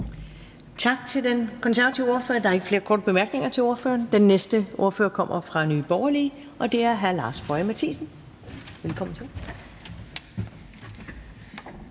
Tak til den konservative ordfører. Der er ikke flere korte bemærkninger til ordføreren. Den næste ordfører kommer fra Nye Borgerlige, og det er hr. Lars Boje Mathiesen. Velkommen til.